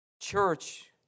Church